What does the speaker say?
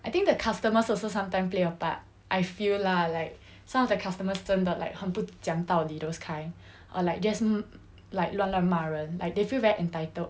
I think the customers also sometimes play a part I feel lah like some of the customers 真的 like 很不讲道理 those kind or like just mm like 乱乱骂人 like they feel very entitled